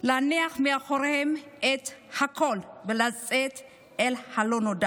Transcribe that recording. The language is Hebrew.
להניח מאחוריהם הכול ולצאת אל הלא-נודע